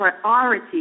priority